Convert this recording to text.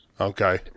Okay